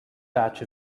batch